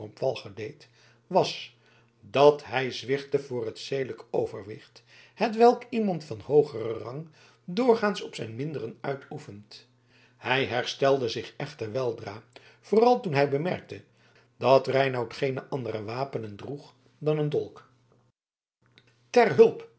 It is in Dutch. deed was dat hij zwichtte voor het zedelijk overwicht hetwelk iemand van hoogeren rang doorgaans op zijn minderen uitoefent hij herstelde zich echter weldra vooral toen hij bemerkte dat reinout geene andere wapenen droeg dan een dolk ter hulp